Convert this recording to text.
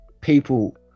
people